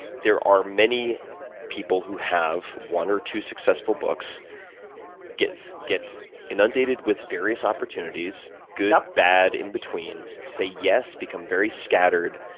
there are many people who have one or two successful books get get inundated with various opportunities, good, ah bad, in between. say yes, become very scattered,